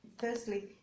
firstly